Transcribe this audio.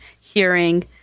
hearing